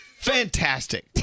Fantastic